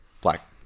Black